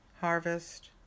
Harvest